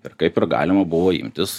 ir kaip ir galima buvo imtis